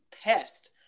pest